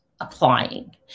applying